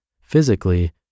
physically